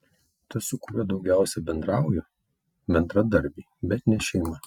tas su kuriuo daugiausiai bendrauju bendradarbiai bet ne šeima